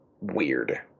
weird